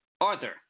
arthur